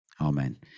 Amen